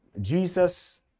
Jesus